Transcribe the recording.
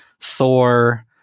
Thor